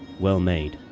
well-made,